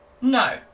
no